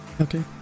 Okay